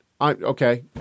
Okay